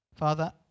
Father